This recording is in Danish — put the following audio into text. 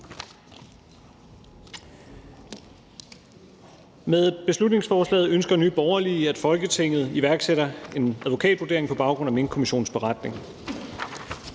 Med beslutningsforslaget ønsker Nye Borgerlige, at Folketinget iværksætter en advokatvurdering på baggrund af Minkkommissionens beretning.